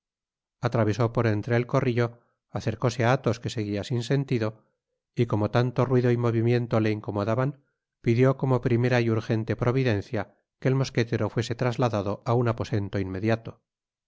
atravesó por entre el corrillo acercóse á athos que seguia sin sentido y como tanto ruido y movimiento le incomodaban pidió como primera y urgente providencia que el mosquetero fuese trasladado á un aposento inmediato